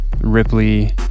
Ripley